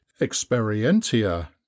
Experientia